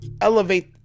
elevate